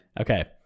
Okay